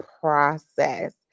process